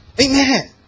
Amen